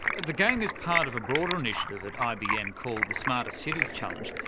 the game is part of a broader initiative at ibm called the smarter cities challenge.